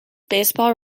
baseball